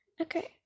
Okay